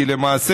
כי למעשה,